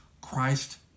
Christ